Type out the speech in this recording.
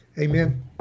amen